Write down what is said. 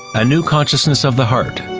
a new consciousness of the heart.